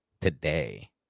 today